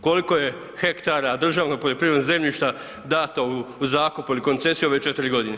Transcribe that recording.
Koliko je hektara državnog poljoprivrednog zemljišta dato u zakup ili koncesiju ove 4 godine?